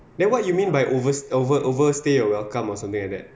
then what you mean by overs over overstayed your welcome or something like that